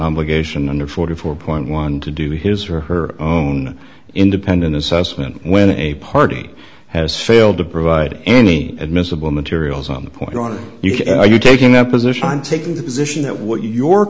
obligation under forty four point one to do his or her own independent assessment when a party has failed to provide any admissible materials on the point of you or are you taking that position